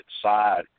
side